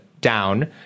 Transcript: down